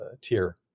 tier